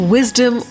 Wisdom